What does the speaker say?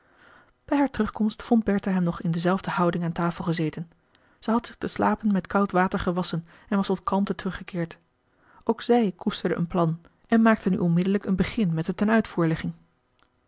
bij haar terugkomst vond bertha hem nog in dezelfde houding aan tafel gezeten zij had zich de slapen met koud water gewasschen en was tot kalmte teruggekeerd ook zij koesterde een plan en maakte nu onmiddelijk een begin met de tenuitvoerlegging